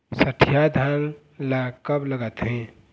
सठिया धान ला कब लगाथें?